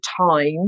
time